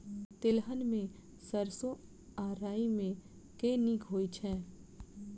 तेलहन मे सैरसो आ राई मे केँ नीक होइ छै?